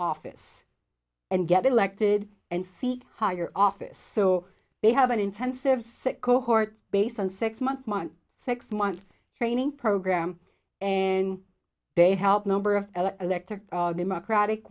office and get elected and seek higher office so they have an intensive set cohort based on six month month six month training program and they help number of elected democratic